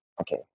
Okay